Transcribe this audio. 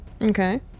Okay